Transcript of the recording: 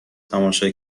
تماشا